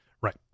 Right